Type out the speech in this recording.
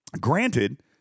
granted